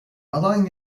alan